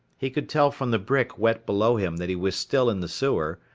he could tell from the brick wet below him that he was still in the sewer,